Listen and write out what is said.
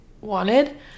wanted